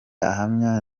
ahamya